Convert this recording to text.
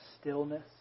stillness